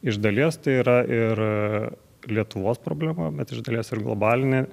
iš dalies tai yra ir lietuvos problema bet iš dalies ir globalinė